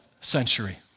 century